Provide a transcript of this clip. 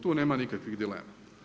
Tu nema nikakvih dilema.